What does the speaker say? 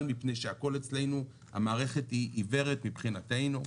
מפני שהכול אצלנו המערכת היא עיוורת מבחינתנו.